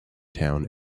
town